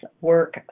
work